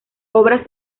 obras